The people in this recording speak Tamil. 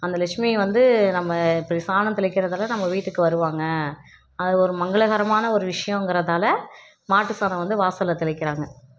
அந்த லெஷ்மி வந்து நம்ம இப்படி சாணம் தெளிக்கிறதால் நம்ம வீட்டுக்கு வருவாங்க அது ஒரு மங்களகரமான ஒரு விஷயங்கறதால மாட்டு சாணம் வந்து வாசலில் தெளிக்கின்றாங்க